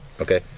Okay